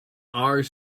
are